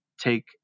take